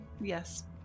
yes